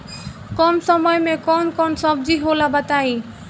कम समय में कौन कौन सब्जी होला बताई?